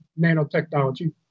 nanotechnology